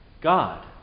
God